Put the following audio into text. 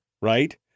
Right